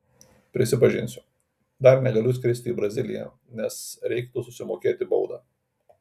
prisipažinsiu dar negaliu skristi į braziliją nes reiktų susimokėt baudą